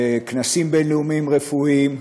בכנסים בין-לאומיים רפואיים,